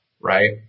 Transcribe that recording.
Right